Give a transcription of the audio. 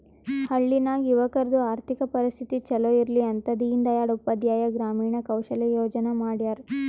ಹಳ್ಳಿ ನಾಗ್ ಯುವಕರದು ಆರ್ಥಿಕ ಪರಿಸ್ಥಿತಿ ಛಲೋ ಇರ್ಲಿ ಅಂತ ದೀನ್ ದಯಾಳ್ ಉಪಾಧ್ಯಾಯ ಗ್ರಾಮೀಣ ಕೌಶಲ್ಯ ಯೋಜನಾ ಮಾಡ್ಯಾರ್